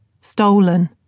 stolen